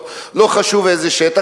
לא חשוב איזה שטח.